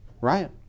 right